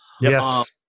Yes